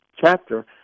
chapter